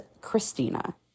Christina